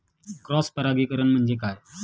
Cross परागीकरण म्हणजे काय?